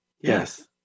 Yes